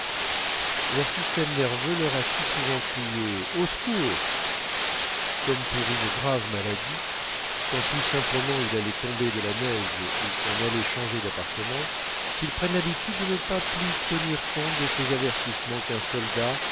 leur système nerveux leur a si souvent crié au secours comme pour une grave maladie quand tout simplement il allait tomber de la neige ou qu'on allait changer d'appartement qu'ils prennent l'habitude de ne pas plus tenir compte de ces avertissements qu'un soldat